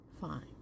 Fine